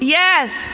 yes